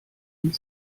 und